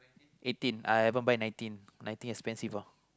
eighteen I haven't buy nineteen nineteen expensive lah